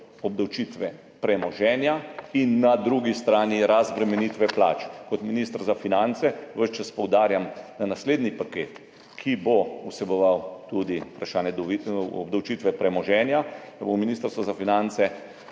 obdavčitve premoženja in na drugi strani razbremenitve plač. Kot minister za finance ves čas poudarjam na naslednji paket, ki bo vseboval tudi vprašanje obdavčitve premoženja, da bo Ministrstvo za finance